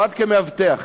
עבד כמאבטח,